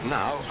now